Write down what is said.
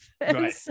Right